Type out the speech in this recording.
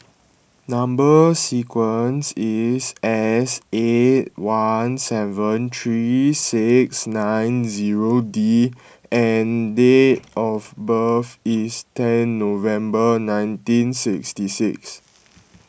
Number Sequence is S eight one seven three six nine zero D and date of birth is ten November nineteen sixty six